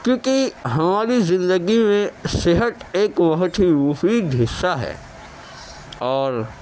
کیونکہ ہماری زندگی میں صحت ایک بہت ہی مفید حصہ ہے اور